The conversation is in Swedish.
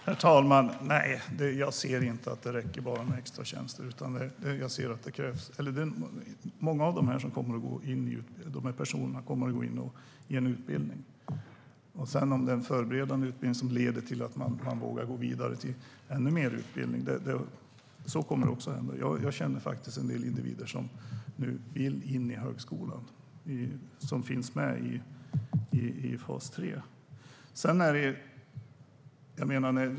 Herr talman! Nej, jag ser inte att det räcker med bara extratjänster. Många av de här personerna kommer att gå in i en utbildning. Den förberedande utbildningen kommer också att leda till att vissa vågar gå vidare till ännu mer utbildning. Jag känner en del individer i fas 3 som vill in på högskolan.